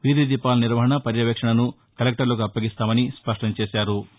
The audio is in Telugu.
వీధి దీపాల నిర్వహణ పర్యవేక్షణను కలెక్టర్లకు అప్పగిస్తామని స్పష్టం చేశారు